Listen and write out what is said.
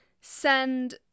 send